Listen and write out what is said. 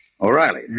O'Reilly